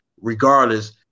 Regardless